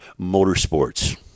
Motorsports